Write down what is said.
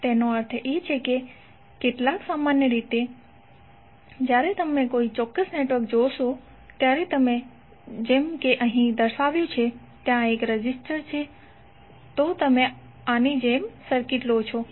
તો તેનો અર્થ શું છે કેટલાક સામાન્ય રીતે જ્યારે તમે કોઈ ચોક્કસ નેટવર્ક જોશો ત્યારે જેમ કે તમે અહીં દર્શાવ્યુ છે ત્યાં એક રેઝિસ્ટર છે જો તમે આની જેમ સર્કિટ લો છો